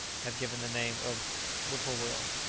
have given the name of whip-poor-will.